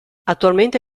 attualmente